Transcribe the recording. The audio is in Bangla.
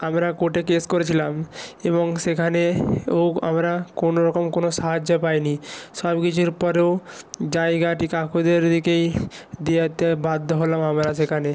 আমরা কোর্টে কেস করেছিলাম এবং সেখানে ও আমরা কোনো রকম কোনো সাহায্য পাইনি সব কিছুর পরেও জায়গাটি কাকুদের দিকেই দিয়ে দিতে বাধ্য হলাম আমরা সেখানে